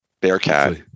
Bearcat